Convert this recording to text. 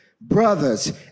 brothers